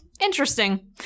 interesting